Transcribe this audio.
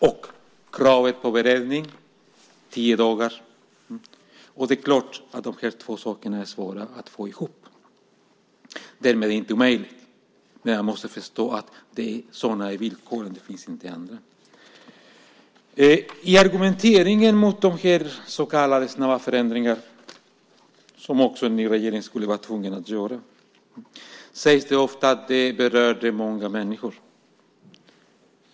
och kravet på beredning, tio dagar, är svåra att få ihop. Det är inte omöjligt, men man måste förstå att sådana är villkoren. Det finns inget annat. I argumenteringen mot dessa så kallade snabba förändringar, som också en ny regering skulle vara tvungen att genomföra, sägs det ofta att det berörde många människor.